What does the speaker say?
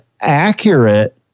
accurate